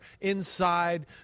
inside